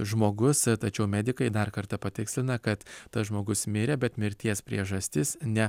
žmogus tačiau medikai dar kartą patikslina kad tas žmogus mirė bet mirties priežastis ne